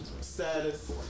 Status